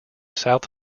south